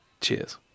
Cheers